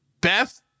Beth